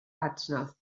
adnodd